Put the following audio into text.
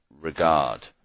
regard